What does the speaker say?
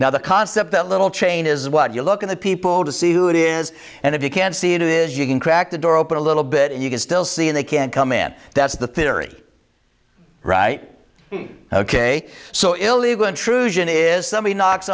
now the concept that little chain is what you look at the people to see who it is and if you can see it is you can crack the door open a little bit and you can still see and they can come in that's the theory right ok so illegal intrusion is somebody knocks